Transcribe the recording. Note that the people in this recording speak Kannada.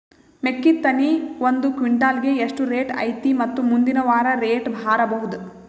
ಮೆಕ್ಕಿ ತೆನಿ ಒಂದು ಕ್ವಿಂಟಾಲ್ ಗೆ ಎಷ್ಟು ರೇಟು ಐತಿ ಮತ್ತು ಮುಂದಿನ ವಾರ ರೇಟ್ ಹಾರಬಹುದ?